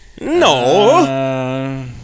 No